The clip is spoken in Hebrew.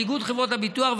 לאיגוד חברות הביטוח,